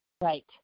Right